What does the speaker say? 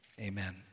amen